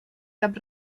cap